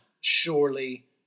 surely